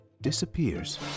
disappears